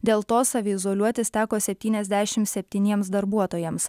dėl to saviizoliuotis teko septyniasdešimt septyniems darbuotojams